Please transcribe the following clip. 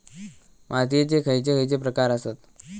मातीयेचे खैचे खैचे प्रकार आसत?